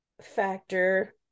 factor